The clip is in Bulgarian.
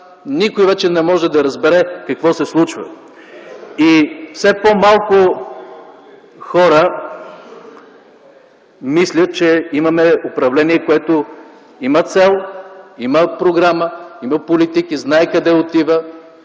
Никой вече не може да разбере какво се случва. Все по-малко хора мислят, че имаме управление, което има цел, има програма, има политика, знае къде отива